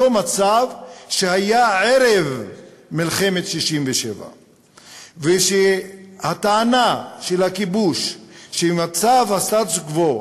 אותו מצב שהיה ערב מלחמת 67'. והטענה של הכיבוש שמצב הסטטוס-קוו,